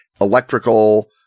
electrical